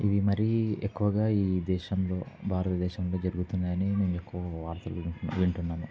ఇవి మరీ ఎక్కువగా ఈ దేశంలో భారతదేశంలో జరుగుతున్నాయని మేము ఎక్కువ వార్తలు వింట వింటున్నాము